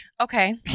Okay